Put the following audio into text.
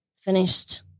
finished